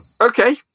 Okay